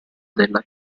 della